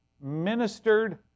ministered